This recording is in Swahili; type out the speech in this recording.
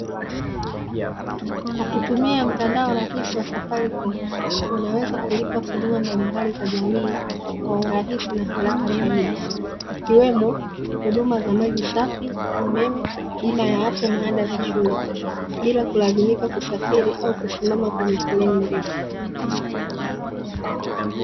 Kwa kutumia mtandao rahisi wa "safaricom", unaweza kulipa huduma mbalimbali za jamii kwa urahisi na haraka zaidi, ikiwemo huduma za maji safi, umeme, bima ya afya na ada za shule bila kulazimika kusafiri au kisimama kwenye foleni ndefu.